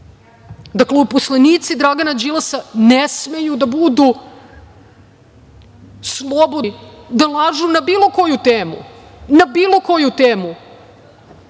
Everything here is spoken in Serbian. uposlenici Dragana Đilasa ne smeju da budu slobodni da lažu na bilu koju temu, na bilo koju temu